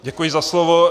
Děkuji za slovo.